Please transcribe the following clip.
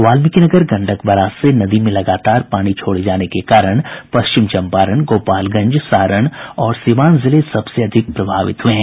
Valmikinagar Gandak barrage से नदी में लगातार पानी छोड़े जाने के कारण पश्चिम चंपारण गोपालगंज सारण और सिवान जिले सबसे अधिक प्रभावित हुये हैं